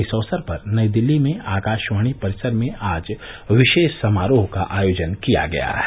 इस अवसर पर नई दिल्ली में आकाशवाणी परिसर में आज विशेष समारोह का आयोजन किया गया है